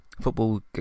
football